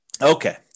Okay